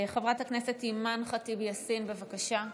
חברת הכנסת אימאן ח'טיב יאסין, בבקשה.